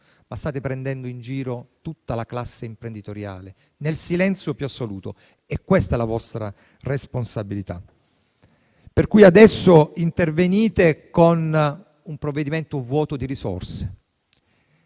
State prendendo in giro tutta la classe imprenditoriale, nel silenzio più assoluto: questa è la vostra responsabilità. Adesso, pertanto, intervenite con un provvedimento vuoto di risorse.